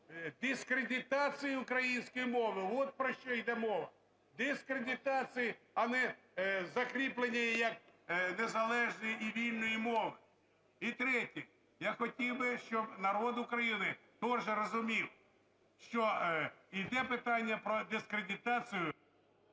дискредитацію української мови – от про що йде мова, дискредитації, а не закріплення її як незалежної і вільної мови. І третє. Я хотів би, щоб народ України теж розумів, що іде питання про дискредитацію…